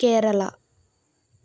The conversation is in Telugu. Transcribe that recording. కేరళ